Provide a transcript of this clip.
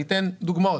אני אתן דוגמאות.